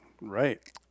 Right